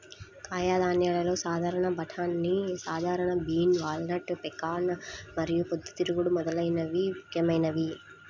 కాయధాన్యాలలో సాధారణ బఠానీ, సాధారణ బీన్, వాల్నట్, పెకాన్ మరియు పొద్దుతిరుగుడు మొదలైనవి ముఖ్యమైనవి